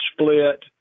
split